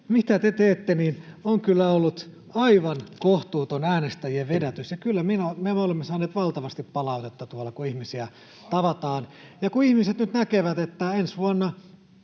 mitä te teette, on kyllä ollut aivan kohtuuton äänestäjien vedätys, ja kyllä me olemme saaneet valtavasti palautetta tuolla, kun ihmisiä tavataan. Kun ihmiset nyt näkevät, että ensi vuonna